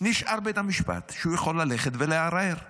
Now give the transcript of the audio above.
נשאר בית המשפט, שהוא יכול ללכת ולערער בו.